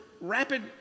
rapid